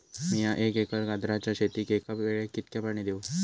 मीया एक एकर गाजराच्या शेतीक एका वेळेक कितक्या पाणी देव?